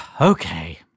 Okay